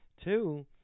Two